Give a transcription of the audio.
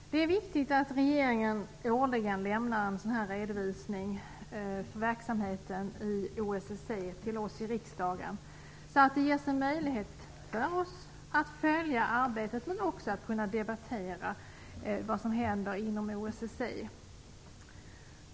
Herr talman! Det är viktigt att regeringen årligen till oss i riksdagen lämnar en sådan här redovisning för verksamheten i OSSE. Därmed får riksdagen möjlighet att följa arbetet och att debattera vad som händer inom OSSE.